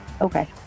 Okay